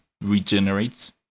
regenerates